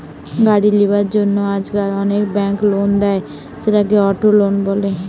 গাড়ি লিবার জন্য আজকাল অনেক বেঙ্ক লোন দেয়, সেটাকে অটো লোন বলে